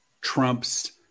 trumps